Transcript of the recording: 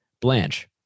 Blanche